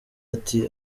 ati